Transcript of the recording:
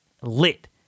lit